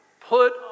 Put